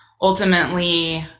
ultimately